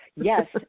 yes